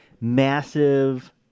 massive